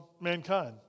mankind